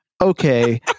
okay